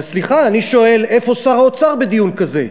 אבל סליחה, אני שואל איפה שר האוצר בדיון כזה.